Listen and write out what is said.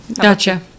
Gotcha